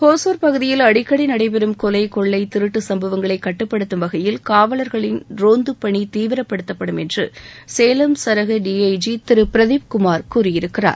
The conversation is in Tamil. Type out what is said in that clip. ஒசூர் பகுதியில் அடிக்கடி நடை பெறும் கொலை கொள்ளை திருட்டு சம்பவங்களை கட்டுப்படுத்தும் வகையில் காவலர்களின் ரோந்து பணி தீவிரப்படுத்தப்படும் என்று சேலம் சரக D I G Thiru Pradeep Kumar கூறியிருக்கிறார்